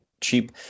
cheap